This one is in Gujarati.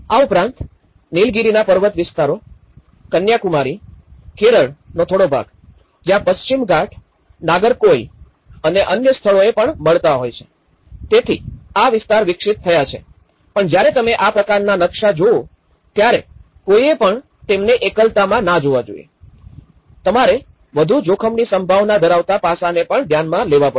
આ ઉપરાંત નીલગિરિના પર્વત વિસ્તારો કન્યાકુમારી અને કેરળનો થોડો ભાગ જ્યાં પશ્ચિમ ઘાટ નાગરકોઇલ અને અન્ય સ્થળોએ પણ મળતા હોય છે તેથી આ વિસ્તાર વિકસિત થયા છે પણ જયારે તમે આ પ્રકાર ના નકશા જોવો ત્યારે કોઈએ પણ તેમને એકલતામાં ના જોવા જોઈએ તમારે વધુ જોખમની સંભાવના ધરાવતા પાસાને પણ ધ્યાનમાં લેવા પડશે